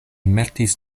metis